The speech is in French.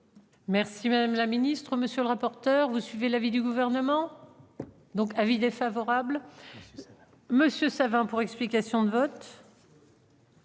Merci madame la ministre, monsieur le rapporteur. Vous suivez l'avis du gouvernement. Donc, avis défavorable. Monsieur pour explication de vote.